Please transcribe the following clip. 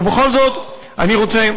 ובכל זאת, אני רוצה,